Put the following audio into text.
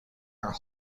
are